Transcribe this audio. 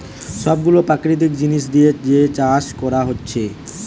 সব গুলা প্রাকৃতিক জিনিস দিয়ে যে চাষ কোরা হচ্ছে